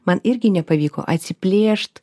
man irgi nepavyko atsiplėšt